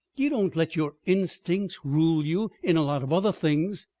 you don't let your instincts rule you in a lot of other things.